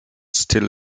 still